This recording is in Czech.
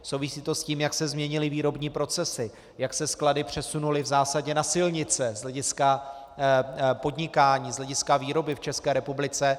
Souvisí to s tím, jak se změnily výrobní procesy, jak se sklady přesunuly v zásadě na silnice z hlediska podnikání, z hlediska výroby v České republice.